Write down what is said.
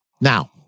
Now